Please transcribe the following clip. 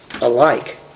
alike